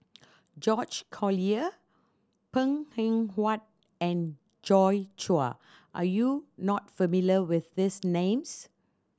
George Collyer Png Eng Huat and Joi Chua are you not familiar with these names